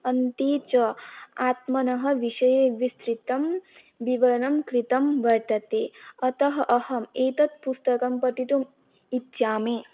अन्ते च आत्मनः विषये विस्तृतं विवरणं कृतं वर्तते अतः अहम् एतत् पुस्तकं पठितुम् इच्छामि